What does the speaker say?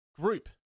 group